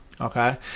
Okay